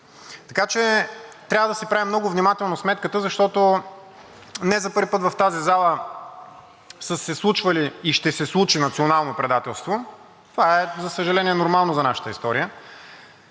Така че трябва да си правим много внимателно сметката, защото не за първи път в тази зала са се случвали и ще се случи национално предателство – това е, за съжаление, нормално за нашата история,